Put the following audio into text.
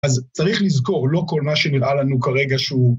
אז צריך לזכור, לא כל מה שנראה לנו כרגע שהוא...